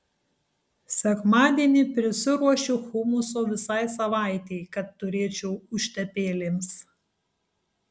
sekmadienį prisiruošiu humuso visai savaitei kad turėčiau užtepėlėms